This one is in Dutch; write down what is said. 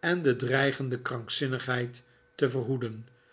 en de dreigende krankzinnigheid te verhoeden